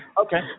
Okay